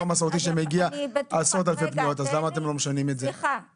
המסורתי עשרות אלפי פניות למה אתם לא משנים את זה?